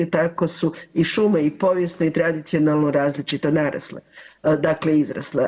Tako su i šume i povijesno i tradicionalno različito narasle, dakle izrasle.